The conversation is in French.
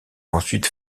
ensuite